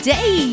Day